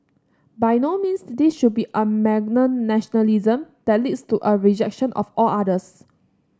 by no means this should be a malignant nationalism that leads to a rejection of all others